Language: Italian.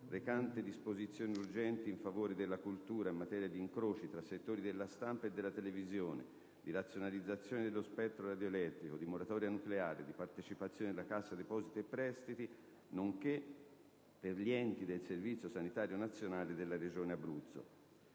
recante disposizioni urgenti in favore della cultura, in materia di incroci tra settori della stampa e della televisione, di razionalizzazione dello spettro radioelettrico, di moratoria nucleare, di partecipazioni della Cassa depositi e prestiti, nonche´ per gli enti del Servizio sanitario nazionale della regione Abruzzo